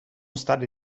state